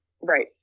Right